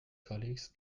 colleagues